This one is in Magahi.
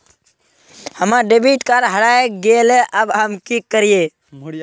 हमर डेबिट कार्ड हरा गेले अब हम की करिये?